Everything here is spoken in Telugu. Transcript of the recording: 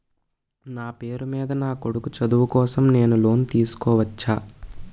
నా పేరు మీద నా కొడుకు చదువు కోసం నేను లోన్ తీసుకోవచ్చా?